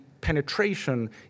penetration